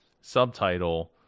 subtitle